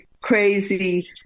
crazy